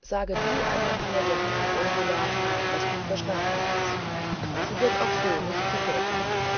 sage du aber nur der guten ursula was du verstanden hast sie wird auch so nicht zu kurz kommen